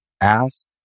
ask